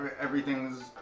everything's